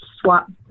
swap